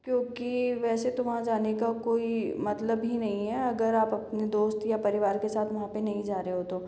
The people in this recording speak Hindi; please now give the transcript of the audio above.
क्योंकि वैसे तो वहाँ जाने का कोई मतलब ही नहीं है अगर आप अपने दोस्त या परिवार के साथ वहाँ पर नहीं जा रहे हो तो